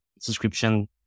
subscription